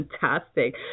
fantastic